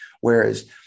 Whereas